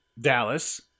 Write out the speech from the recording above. Dallas